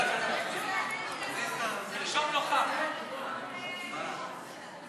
ההצעה להסיר מסדר-היום את הצעת חוק בתי-המשפט (תיקון,